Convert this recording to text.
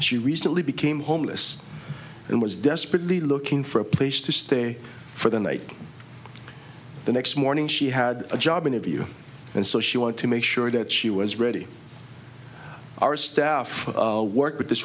she recently became homeless and was desperately looking for a place to stay for the night the next morning she had a job interview and so she wanted to make sure that she was ready our staff work with this